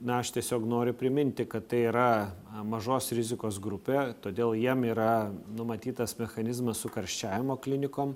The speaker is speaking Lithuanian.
na aš tiesiog noriu priminti kad tai yra mažos rizikos grupė todėl jiem yra numatytas mechanizmas su karščiavimo klinikom